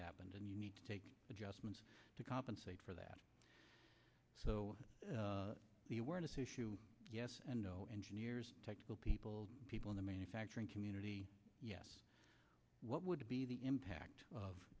happened and you need to take adjustments to compensate for that so the awareness issue yes and no engineers technical people people in the manufacturing community yes what would be the impact of